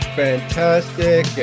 fantastic